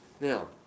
Now